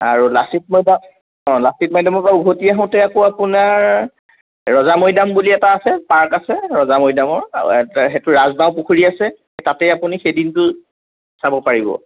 আৰু লাচিত মৈদাম অঁ লাচিত মৈদামৰ পৰা উভতি আহোঁতে আকৌ আপোনাৰ ৰজা মৈদাম বুলি এটা আছে পাৰ্ক আছে ৰজা মৈদামৰ সেইটো ৰাজগাঁও পুখুৰী আছে তাতেই আপুনি সেইদিনটো চাব পাৰিব